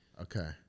Okay